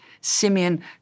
Simeon